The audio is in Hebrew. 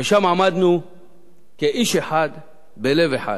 ושם עמדנו כאיש אחד בלב אחד,